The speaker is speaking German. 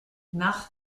nach